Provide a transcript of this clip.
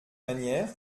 manière